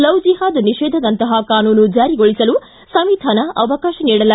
love jihad ನಿಷೇಧದಂತಹ ಕಾನೂನು ಜಾರಿಗೊಳಿಸಲು ಸಂವಿಧಾನ ಅವಕಾಶ ನೀಡಲ್ಲ